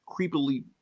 creepily